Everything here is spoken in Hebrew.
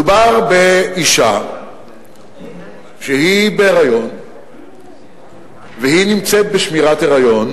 מדובר באשה שהיא בהיריון ונמצאת בשמירת היריון,